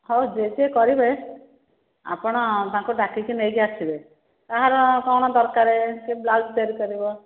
ହେଉ ଯିଏ ସିଏ କରିବେ ଆପଣ ତାଙ୍କୁ ଡାକିକି ନେଇକି ଆସିବେ କାହାର କ'ଣ ଦରକାର କିଏ ବ୍ଲାଉଜ ତିଆରି କରିବ